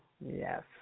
Yes